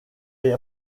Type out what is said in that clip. est